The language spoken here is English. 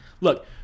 Look